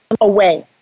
away